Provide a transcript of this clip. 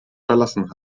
verlassen